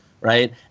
Right